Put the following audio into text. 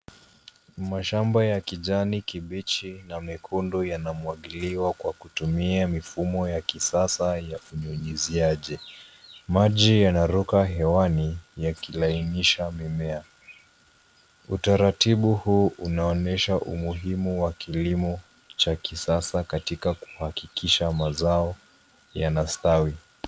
Mashamba ya kijani kibichi na mekundu yanamwagiliwa kwa kutumia mifumo ya kisasa ya unyunyiziaji. Maji yanaruka hewani yakilainisha mimea. Utaratibu huu unaonesha umuhimu wa kilimo cha kisasa katika kuhakikisha mazao yanastawi.